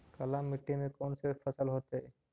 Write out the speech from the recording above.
काला मिट्टी में कौन से फसल होतै?